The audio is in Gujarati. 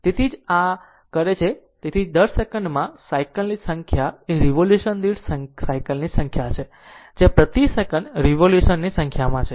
તેથી તેથી જ આ જ ક callલ કરે છે તેથી જ દર સેકન્ડમાં સાયકલ્સની સંખ્યા એ રીવોલ્યુશન દીઠ સાયકલ ની સંખ્યા છે જે પ્રતિ સેકંડ રીવોલ્યુશન ની સંખ્યામાં છે